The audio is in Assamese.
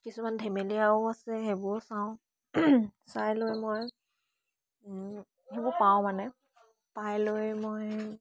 কিছুমান ধেমেলিয়াও আছে সেইবোৰো চাওঁ চাই লৈ মই সেইবোৰ পাওঁ মানে পাই লৈ মই